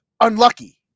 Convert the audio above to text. unlucky